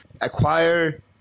Acquire